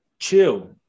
chill